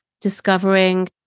discovering